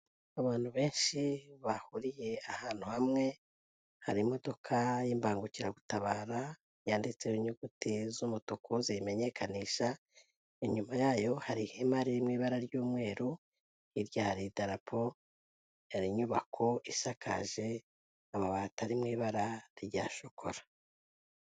Abantu benshi bahuriye ahantu hamwe, hari imodoka y'imbangukiragutabara, yanditseho inyuguti z'umutuku ziyimenyekanisha, inyuma yayo hari ihema riri mu ibara ry'umweru, hirya hari idarapo, hari inyubako isakaje amabati ari mu ibara rya shokora.